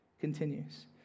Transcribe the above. Continues